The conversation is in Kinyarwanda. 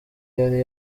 yari